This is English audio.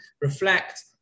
reflect